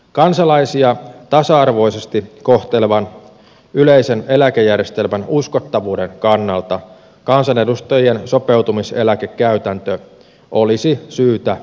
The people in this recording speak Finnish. kansalaisia tasa arvoisesti kohtelevan yleisen eläkejärjestelmän uskottavuuden kannalta kansanedustajien sopeutumiseläkekäytäntö olisi syytä lopettaa